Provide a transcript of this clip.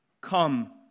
come